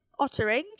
ottering